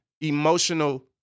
emotional